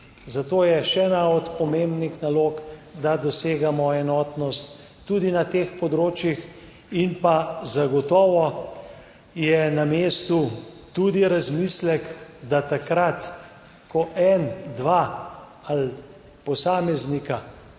Zato je še ena od pomembnih nalog, da dosegamo enotnost tudi na teh področjih in pa zagotovo je na mestu tudi razmislek, da takrat, ko en, dva ali posameznika